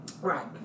Right